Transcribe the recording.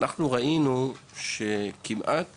ראינו שכמעט